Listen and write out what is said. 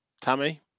Tammy